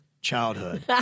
childhood